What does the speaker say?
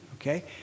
Okay